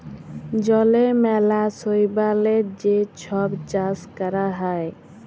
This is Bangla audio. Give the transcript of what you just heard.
জলে ম্যালা শৈবালের যে ছব চাষ ক্যরা হ্যয়